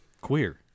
Queer